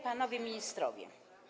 Panowie Ministrowie!